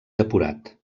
depurat